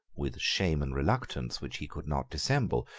with shame and reluctance which he could not dissemble,